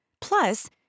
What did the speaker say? Plus